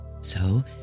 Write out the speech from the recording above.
So